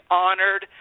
honored